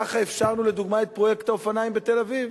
ככה אפשרנו, לדוגמה, את פרויקט האופניים בתל-אביב.